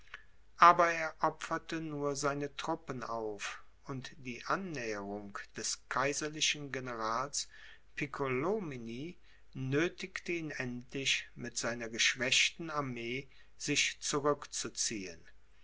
aber er opferte nur seine truppen auf und die annäherung des kaiserlichen generals piccolomini nöthigte ihn endlich mit seiner geschwächten armee sich zurückzuziehen